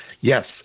yes